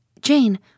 Jane